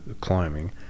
climbing